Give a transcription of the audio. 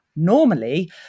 normally